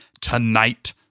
tonight